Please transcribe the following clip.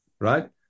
right